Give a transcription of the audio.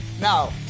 now